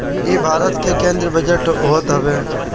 इ भारत के केंद्रीय बजट होत हवे